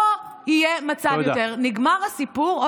לא יהיה מצב יותר, נגמר הסיפור, תודה.